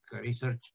Research